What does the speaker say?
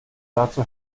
dazu